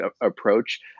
approach